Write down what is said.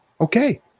okay